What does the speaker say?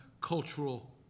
cultural